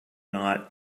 not